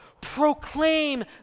Proclaim